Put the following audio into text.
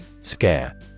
Scare